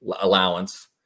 allowance